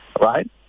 right